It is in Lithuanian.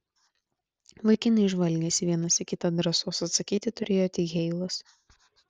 vaikinai žvalgėsi vienas į kitą drąsos atsakyti turėjo tik heilas